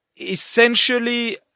essentially